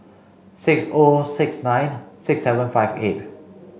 six O six nine six seven five eight